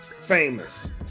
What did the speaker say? Famous